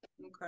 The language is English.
Okay